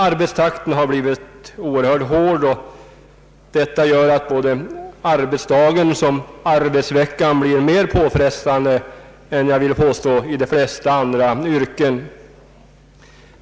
Arbetstakten har blivit oerhört hård, och detta gör att både arbetsdagen och arbetsveckan blir mer påfrestande än i de flesta andra yrken.